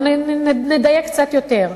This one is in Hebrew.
או נדייק קצת יותר: